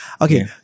Okay